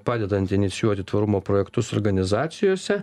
padedanti inicijuoti tvarumo projektus organizacijose